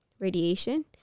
radiation